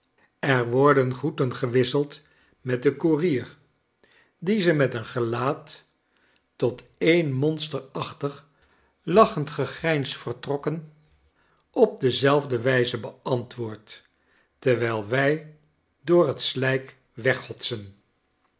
er worden groeten gewisseld met den koerier die ze met een gelaat tot n monsterachtig lachend gegrijns vertrokken dp dezelfde wijze beantwoordt terwijl wij door het slijk weghotsen